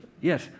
Yes